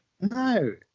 No